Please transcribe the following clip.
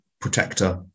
protector